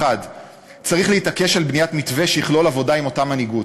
1. צריך להתעקש על בניית מתווה שיכלול עבודה עם אותה מנהיגות,